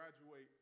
graduate